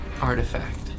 artifact